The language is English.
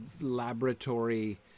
laboratory